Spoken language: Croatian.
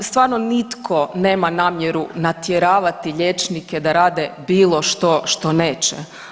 Da, stvarno nitko nema namjeru natjeravati liječnike da rade bilo što što neće.